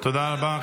תודה רבה.